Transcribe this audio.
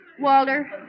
Walter